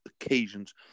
occasions